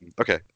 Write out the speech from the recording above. Okay